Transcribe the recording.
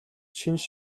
шинж